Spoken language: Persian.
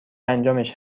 انجامش